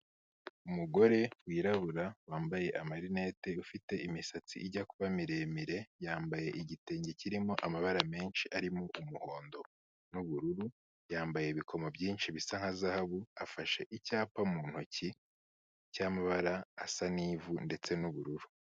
Umugore wirabura wambaye amarinete, ufite imisatsi ijya kuba miremire, yambaye igitenge kirimo amabara menshi arimo umuhondo n'ubururu, yambaye ibikomo byinshi bisa nka zahabu afashe icyapa mu ntoki cy'amabara asa n'ivu ndetse n'ubururu.